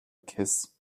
kiss